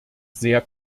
sehr